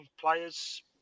players